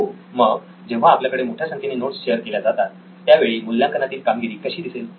हो मग जेव्हा आपल्याकडे मोठ्या संख्येने नोट्स शेअर केल्या जातात त्यावेळी मूल्यांकनातील कामगिरी कशी दिसेल